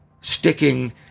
sticking